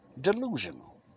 delusional